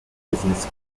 business